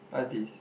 what is this